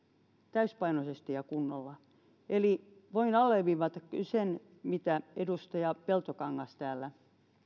täysipainoisesti ja kunnolla eli voin alleviivata kyllä sen mitä edustaja peltokangas täällä